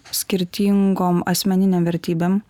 skirtingom asmeninėm vertybėm